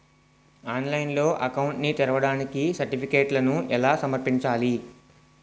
ఆన్లైన్లో అకౌంట్ ని తెరవడానికి సర్టిఫికెట్లను ఎలా సమర్పించాలి?